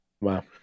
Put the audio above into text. Wow